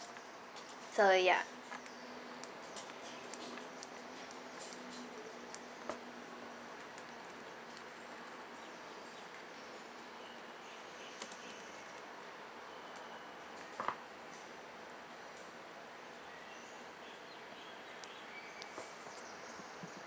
so ya